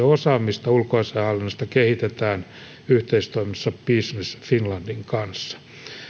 osaamista ulkoasiainhallinnossa kehitetään yhteistoiminnassa business finlandin kanssa